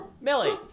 Millie